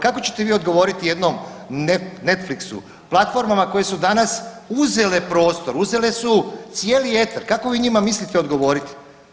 Kako ćete vi odgovoriti jednom Netflixu platformama koje su danas uzele prostor, uzele su cijeli eter, kako vi njima mislite odgovoriti?